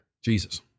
Jesus